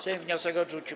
Sejm wniosek odrzucił.